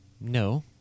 No